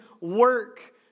work